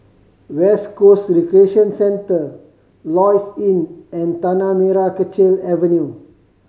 West Coast Recreation Centre Lloyds Inn and Tanah Merah Kechil Avenue